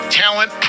talent